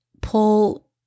pull